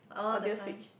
or do you switch